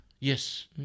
yes